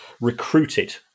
recruited